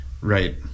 Right